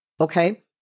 okay